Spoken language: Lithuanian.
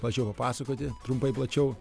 plačiau papasakoti trumpai plačiau